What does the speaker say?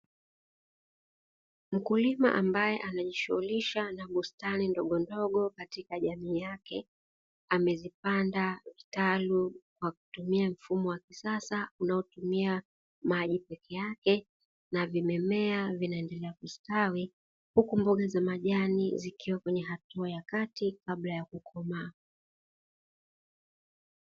Mkulima ambaye anajishughulisha na bustani ndogondogo katika jamii yake, amezipanda kitalu, kwa kutumia mfumo wa kisasa, unaotumia maji peke yake na vimemea, vinaendelea kustawi, huku mboga za majani, zikiwa kwenye hatua ya kati kabla ya kukomaa.